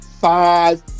five